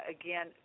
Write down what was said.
again